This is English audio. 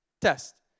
test